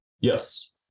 Yes